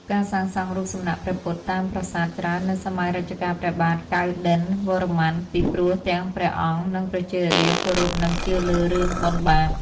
ការសាងសង់រូបសំណាក់ព្រះពុទ្ធតាមប្រាសាទច្រើននៅសម័យរជ្ជកាលព្រះបាទកៅឌិណ្ឌន្យវរ្ម័នពីព្រោះទាំងព្រះអង្គនិងប្រជារាស្ត្រគោរពនិងជឿលើរឿងបុណ្យបាប។